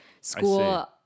school